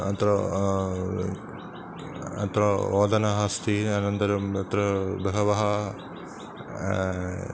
अत्र अत्र ओदनम् अस्ति अनन्तरं तत्र बहवः